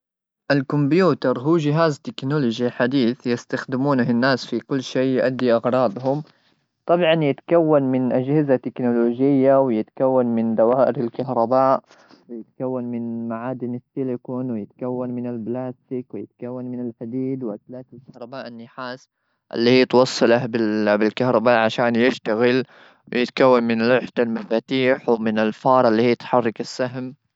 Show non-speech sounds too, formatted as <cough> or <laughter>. الكمبيوتر هو جهاز تكنولوجي حديث يستخدمونه الناس في كل شيء يؤدي اغراضهم طبعا يتكون من اجهزه تكنولوجيه <noise> ويتكون من دوائر الكهرباء يتكون من معادن السيليكون ويتكون من البلاستيك ويتكون من الحديد واسلاك الكهرباء النحاس اللي هي توصله بالكهرباء عشان يشتغل ويتكون من لوحه المفاتيح من الفار اللي هي تحرك السهم. <noise>